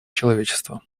человечества